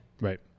Right